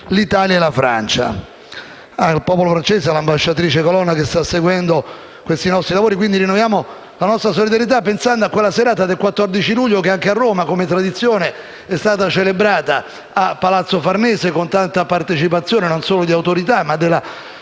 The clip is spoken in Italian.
l'Italia e la Francia.